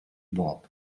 bob